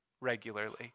regularly